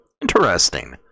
Interesting